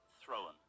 thrown